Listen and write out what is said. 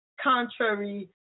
contrary